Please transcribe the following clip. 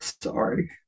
sorry